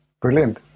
Brilliant